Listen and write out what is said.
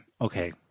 Okay